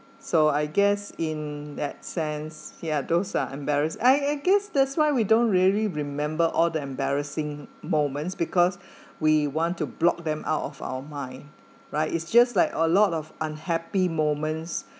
so I guess in that sense ya those are embarrassed I I guess that's why we don't really remember all the embarrassing moments because we want to block them out of our mind right is just like a lot of unhappy moments